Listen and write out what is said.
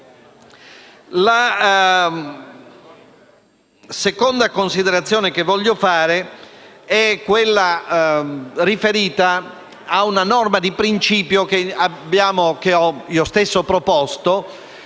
La seconda considerazione che desidero fare è riferita a una norma di principio che ho io stesso proposto